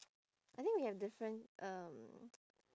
I think we have different um